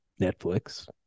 netflix